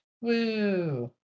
woo